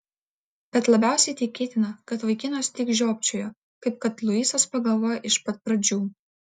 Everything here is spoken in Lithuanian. bet labiausiai tikėtina kad vaikinas tik žiopčiojo kaip kad luisas pagalvojo iš pat pradžių